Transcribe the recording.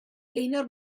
gaynor